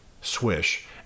swish